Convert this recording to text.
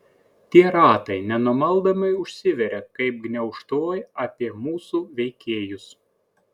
tie ratai nenumaldomai užsiveria kaip gniaužtuvai apie mūsų veikėjus